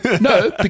No